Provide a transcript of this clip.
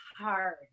hard